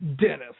Dennis